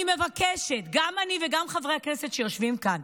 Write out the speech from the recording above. אני מבקשת, גם אני וגם חברי הכנסת שיושבים כאן,